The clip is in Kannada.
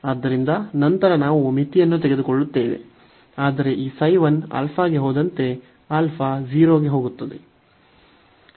ಆದ್ದರಿಂದ ನಂತರ ನಾವು ಮಿತಿಯನ್ನು ತೆಗೆದುಕೊಳ್ಳುತ್ತೇವೆ